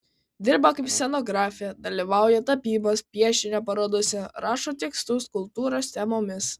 dirba kaip scenografė dalyvauja tapybos piešinio parodose rašo tekstus kultūros temomis